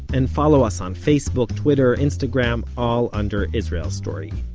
and follow us on facebook, twitter, instagram, all under israel story.